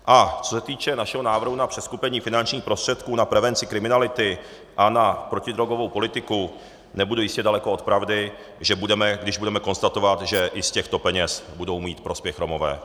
A co se týče našeho návrhu na přeskupení finančních prostředků na prevenci kriminality a na protidrogovou politiku, nebudu jistě daleko od pravdy, když budeme konstatovat, že i z těchto peněz budou mít prospěch Romové.